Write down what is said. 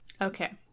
Okay